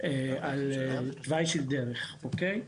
על תוואי של דרך, אוקיי?